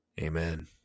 Amen